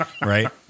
right